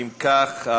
אם כך,